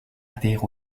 adhère